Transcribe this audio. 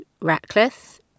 Ratcliffe